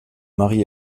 mari